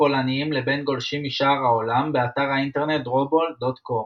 פולניים לבין גולשים משאר העולם באתר האינטרנט drawball.com.